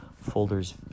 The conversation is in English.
folders